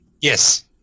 Yes